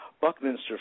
Buckminster